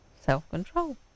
self-control